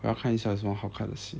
我要看一下有什么好看的戏